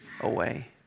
away